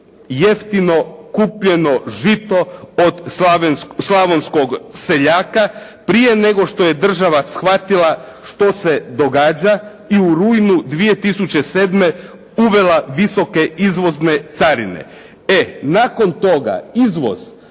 jeftino kupljeno žito od slavonskog seljaka prije nego što je država shvatila što se događa i u rujnu 2007. uvela visoke izvozne carine. E nakon toga izvoz